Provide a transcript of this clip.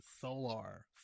Solar